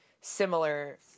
similar